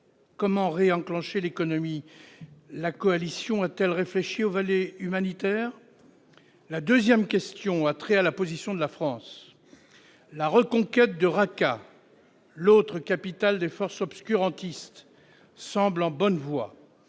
Comment réenclencher l'économie ? La coalition a-t-elle réfléchi au volet humanitaire ? Une autre question a trait à la position de la France. La reconquête de Raqqa, l'autre capitale des forces obscurantistes, semble en bonne voie,